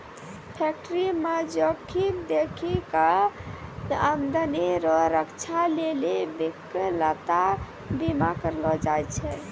फैक्टरीमे जोखिम देखी कय आमदनी रो रक्षा लेली बिकलांता बीमा करलो जाय छै